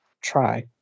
try